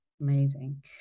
Amazing